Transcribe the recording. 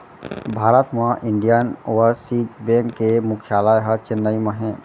भारत म Indian overseas bank के मुख्यालय ह चेन्नई म हे